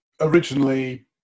originally